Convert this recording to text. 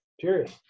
period